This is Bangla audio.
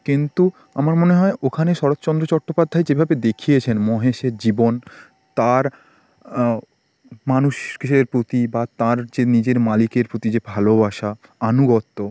কিন্তু আমার মনে হয় ওখানে শরৎচন্দ্র চট্টোপাধ্যায় যেভাবে দেখিয়েছেন মহেশের জীবন তার মানুষের প্রতি বা তার যে নিজের মালিকের প্রতি যে ভালোবাসা আনুগত্য